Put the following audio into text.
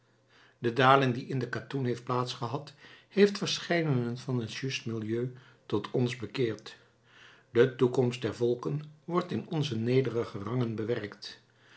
de daling die in de katoen heeft plaats gehad heeft verscheidenen van het justemilieu tot ons bekeerd de toekomst der volken wordt in onze nederige rangen bewerkt